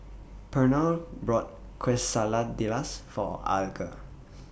Pernell bought Quesadillas For Alger